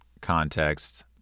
context